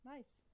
Nice